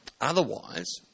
Otherwise